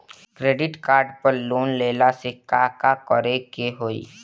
Credit card पर loan लेला से का का करे क होइ?